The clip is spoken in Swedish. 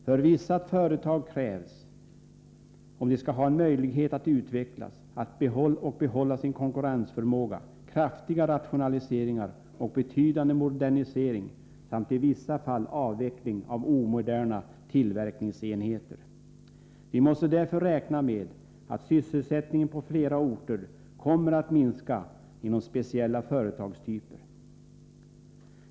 För vissa företag krävs, om de skall ha en möjlighet att utvecklas och behålla sin konkurrensförmåga, kraftiga rationaliseringar och betydande modernisering samt i vissa fall avveckling av omoderna tillverkningsenheter. Vi måste därför räkna med att sysselsättningen på flera orter kommer att minska inom speciella företagstyper.